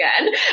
again